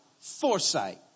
foresight